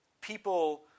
people –